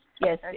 Yes